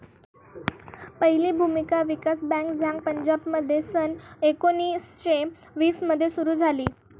पहिली भूमी विकास बँक झांग पंजाबमध्ये सन एकोणीसशे वीस मध्ये सुरू झाली